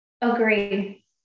Agreed